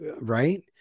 right